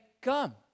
come